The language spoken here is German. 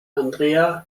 andrea